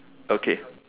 okay